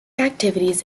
activities